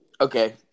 Okay